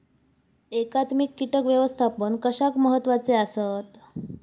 एकात्मिक कीटक व्यवस्थापन कशाक महत्वाचे आसत?